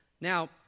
Now